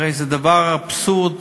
הרי זה דבר אבסורדי,